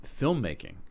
filmmaking